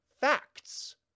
facts